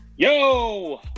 Yo